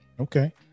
okay